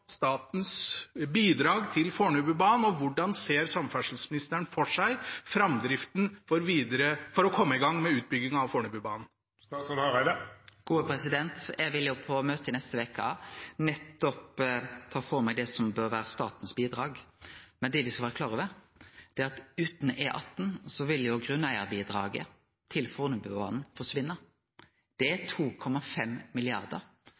statens bidrag til Fornebubanen, og hvordan ser samferdselsministeren for seg framdriften for å komme i gang med utbyggingen av Fornebubanen? Eg vil på møtet i neste veke nettopp ta føre meg det som bør vere statens bidrag. Men det me skal vere klar over, er at utan E18 vil grunneigarbidraget til Fornebubanen forsvinne. Det er